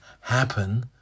happen